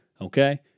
okay